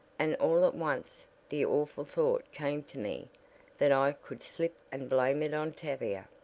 and all at once the awful thought came to me that i could slip and blame it on tavia.